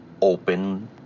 open